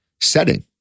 setting